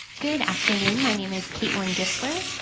good afternoon, my name is caitlyn dissler,